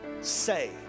say